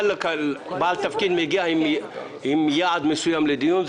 בעל תפקיד מגיע עם יעד מסוים לדיון.